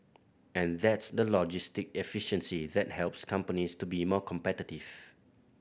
and that's the logistic efficiency that helps companies to be more competitive